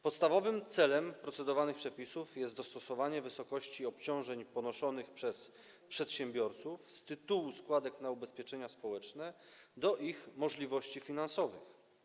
Podstawowym celem procedowanych przepisów jest dostosowanie wysokości obciążeń ponoszonych przez przedsiębiorców z tytułu składek na ubezpieczenia społeczne do ich możliwości finansowych.